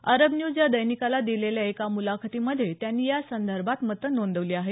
अरब News या दैनिकाला दिलेल्या एका मुलाखतीमध्ये त्यांनी यासंदर्भात मतं नोंदवली आहेत